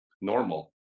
Normal